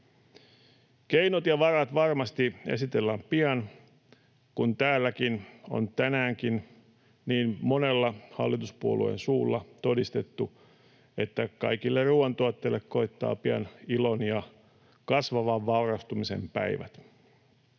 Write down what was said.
Keinot ja varat varmasti esitellään pian, kun täälläkin on tänäänkin niin monella hallituspuolueen suulla todistettu, että kaikille ruoantuottajille koittaa pian ilon ja kasvavan vaurastumisen päivät.